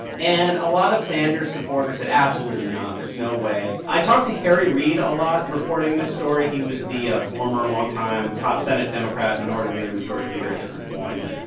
and a lot of sanders supporters said, absolutely not. there's no way. i talked to harry reid a lot reporting this story. he was the ah former longtime top senate democrat minority leader, majority leader at different points.